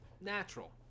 natural